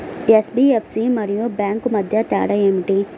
NBFC మరియు bank మధ్య తేడా ఏమిటీ?